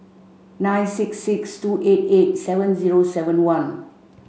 nine six six two eight eight seven zero seven one